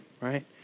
right